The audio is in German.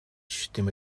stimme